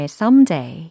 someday